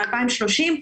ב-2030,